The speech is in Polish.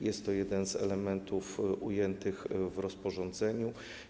Jest to jeden z elementów ujętych w rozporządzeniu.